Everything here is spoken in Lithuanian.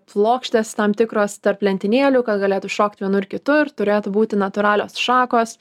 plokštės tam tikros tarp lentynėlių kad galėtų šokt vienur kitur turėtų būti natūralios šakos